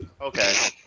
Okay